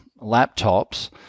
laptops